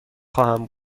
خواهم